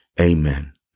Amen